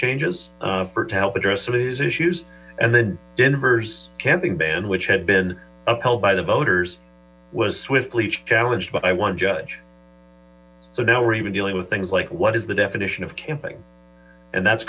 these issues and then denver's camping ban which had been upheld by the voters was swiftly challenged by one judge so now we're even dealing with things like what is the definition of camping and that's